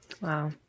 Wow